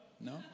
No